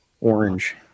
Orange